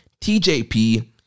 TJP